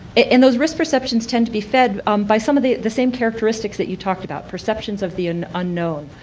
and those risk perceptions tend to be fed um by some of the the same characteristics that you talked about, perceptions of the and unknown,